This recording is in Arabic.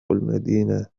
المدينة